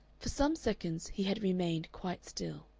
for some seconds he had remained quite still.